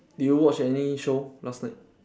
did you watch any show last night